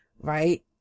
right